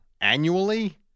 annually